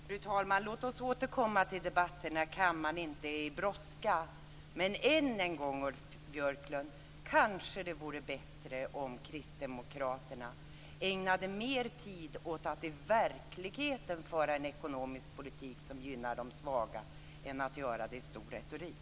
Fru talman! Låt oss återkomma till denna debatt när kammaren inte är i brådska. Än en gång, Ulf Björklund: Kanske vore det bättre om kristdemokraterna ägnade mer tid åt att i verkligheten föra en ekonomisk politik som gynnar de svaga än att göra det i stor retorik.